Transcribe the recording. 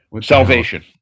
Salvation